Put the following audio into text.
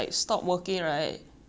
then I will take over